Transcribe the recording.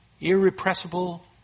Irrepressible